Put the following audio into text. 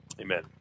Amen